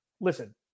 Listen